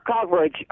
coverage